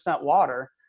water